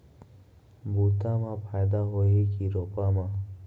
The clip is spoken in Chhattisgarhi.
बुता म फायदा होही की रोपा म?